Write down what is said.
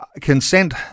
consent